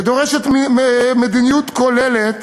שדורשת מדיניות כוללת